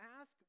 ask